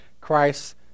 Christ